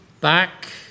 back